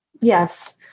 Yes